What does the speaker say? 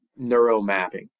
neuromapping